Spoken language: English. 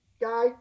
guy